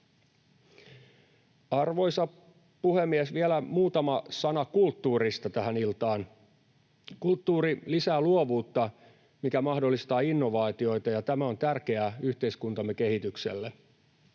Arvoisa puhemies! Vielä muutama sana kulttuurista tähän iltaan. Kulttuuri lisää luovuutta, mikä mahdollistaa innovaatioita, ja tämä on tärkeää yhteiskuntamme kehitykselle.